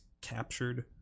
captured